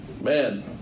man